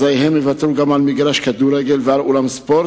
הם יוותרו על מגרש כדורגל ועל אולם ספורט,